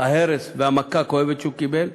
ההרס והמכה הכואבת שהוא קיבל,